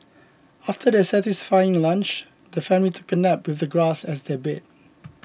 after their satisfying lunch the family took a nap with the grass as their bed